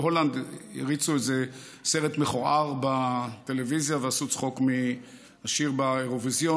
בהולנד הריצו סרט מכוער בטלוויזיה ועשו צחוק מהשיר באירוויזיון.